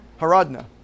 Haradna